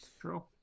True